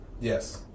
Yes